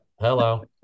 hello